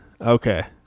Okay